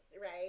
right